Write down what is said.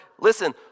Listen